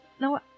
no